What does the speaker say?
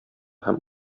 һәм